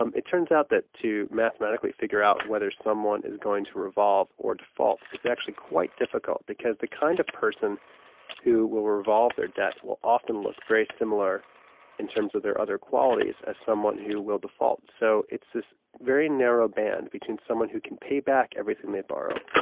um it turns out that to mathematically figure out whether someone is going to revolve or default is actually quite difficult, because the kind of person who will revolve their debt will often look very similar in terms of their outer qualities, as someone who will default. so it's this very narrow band between someone who can pay back everything they borrow,